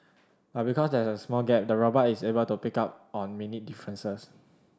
but because there is a small gap the robot is able to pick up on minute differences